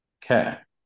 care